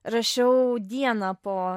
rašiau dieną po